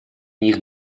них